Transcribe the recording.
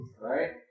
Right